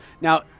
Now